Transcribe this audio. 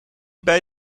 bij